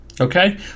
okay